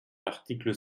l’article